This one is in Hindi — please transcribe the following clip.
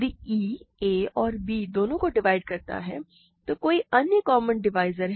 यदि e a और b दोनों को डिवाइड करता है तो कोई अन्य कॉमन डिवाइज़र है